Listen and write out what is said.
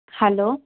hello